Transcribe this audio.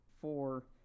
Four